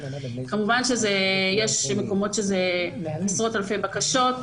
כמובן שיש מקומות שזה עשרות אלפי בקשות.